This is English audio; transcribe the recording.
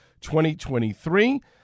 2023